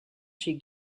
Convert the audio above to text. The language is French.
chez